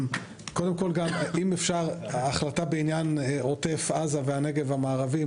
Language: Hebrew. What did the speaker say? אם אפשר החלטה בעניין עוטף עזה והנגב המערבי,